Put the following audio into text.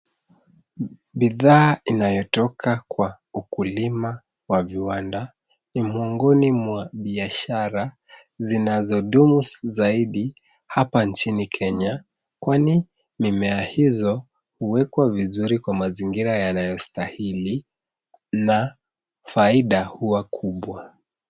Bidhaa inayotoka kwa ukulima wa viwanda ni miongoni mwa biashara zinazodumu zaidi hapa nchini Kenya, kwani, mimea hiyo huwekwa vizuri kwa mazingira yanayostahili na faida huwa kubwa.